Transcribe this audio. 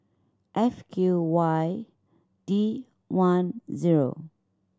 F Q Y D one zero